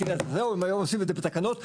אם היום עושים את זה בתקנות.